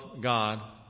God